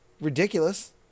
ridiculous